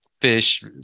fish